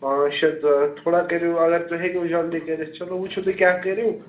پانٛژ شےٚ دۅہ تھوڑا کٔرِو اگر تُہۍ ہیکِو جلدی کٔرِتھ چلو وُچھِو تُہۍ کیٛااہ کٔرِو